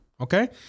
okay